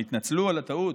הם התנצלו על הטעות?